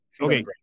Okay